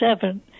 seven